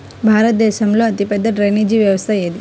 భారతదేశంలో అతిపెద్ద డ్రైనేజీ వ్యవస్థ ఏది?